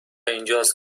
اینجاست